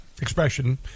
expression